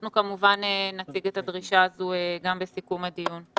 אנחנו כמובן נציג את הדרישה הזו גם בסיכום הדיון.